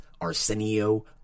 Arsenio